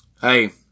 Hey